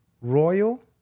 Royal